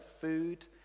food